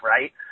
right